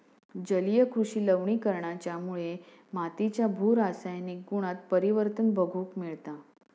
जलीय कृषि लवणीकरणाच्यामुळे मातीच्या भू रासायनिक गुणांत परिवर्तन बघूक मिळता